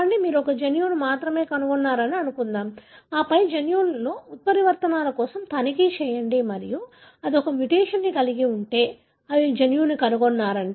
చెప్పండి మీరు ఒక జన్యువును మాత్రమే కనుగొన్నారని అనుకుందాం ఆపై జన్యువులోని ఉత్పరివర్తనాల కోసం తనిఖీ చేయండి మరియు అది ఒక మ్యుటేషన్ కలిగి ఉంటే మీరు జన్యువును కనుగొన్నారు